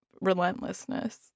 relentlessness